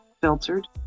filtered